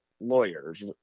lawyers